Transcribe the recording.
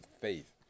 faith